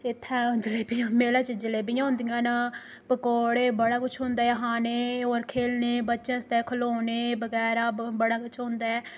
इत्थैं जलेबी मेलै च जलेबियां होंदियां न पकौड़े बड़ा कुछ होंदा ऐ खाने होर खेलने बच्चें आस्तै खलौने बगैरा बड़ बड़ा कुछ होंदा ऐ